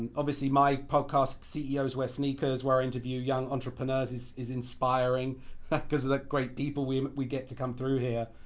obviously my podcast, ceos wear sneakers where i interview young entrepreneurs is is inspiring cause of the great people we we get to come through here.